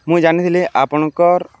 ମୁଁ ଜାଣିଥିଲି ଆପଣଙ୍କର୍